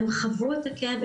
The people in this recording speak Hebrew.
הם חוו את הכאב,